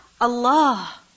Allah